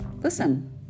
Listen